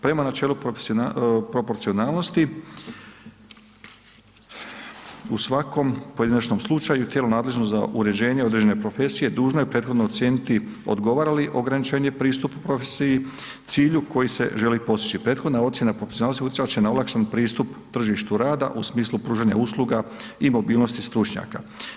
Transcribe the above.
Prema načelu proporcionalnosti u svakom pojedinačnom slučaju tijelo nadležno za uređenje određene profesije dužno je prethodno ocijeniti odgovara li ograničenje pristup profesiji cilju koji se želi postići, prethodna ocjena profesionalnosti utjecat će na olakšan pristup tržištu rada u smislu pružanja usluga i mobilnosti stručnjaka.